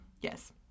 Yes